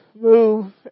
move